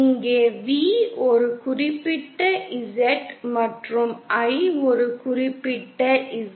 இங்கே V ஒரு குறிப்பிட்ட Z மற்றும் I ஒரு குறிப்பிட்ட Z